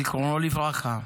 זיכרונו לברכה,